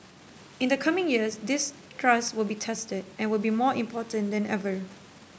in the coming years this trust will be tested and will be more important than ever